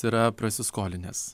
yra prasiskolinęs